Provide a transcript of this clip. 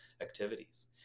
activities